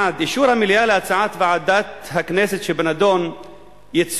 1. אישור המליאה את הצעת ועדת הכנסת שבנדון ייצור